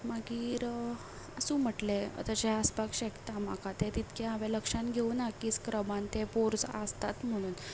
मागीर आसूं म्हटलें अतशें आसपाक शकता म्हाका तें तितकें हांवें लक्षान घेवना की स्क्रबान ते पोर्स आसताच म्हणून